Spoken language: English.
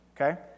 okay